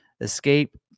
Escape